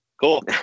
cool